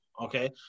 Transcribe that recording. okay